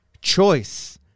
Choice